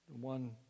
One